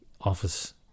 office